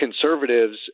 conservatives